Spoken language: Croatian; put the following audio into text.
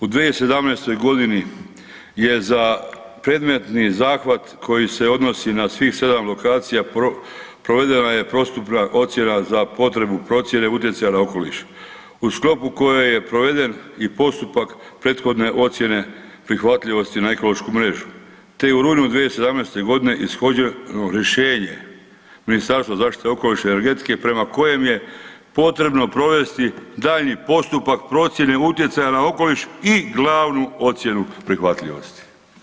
U 2017. godini je za predmetni zahvat koji se odnosi na svih 7 lokacija, provedena je … ocjena za potrebu procjena utjecaja na okoliš u sklopu koje je proveden i postupak prethodne ocjene prihvatljivosti na ekološku mrežu te je u rujnu 2017. godine ishođeno rješenje Ministarstva zaštite okoliša i energetike prema kojem je potrebno provesti daljnji postupak procjene utjecaja na okoliš i glavnu ocjenu prihvatljivosti.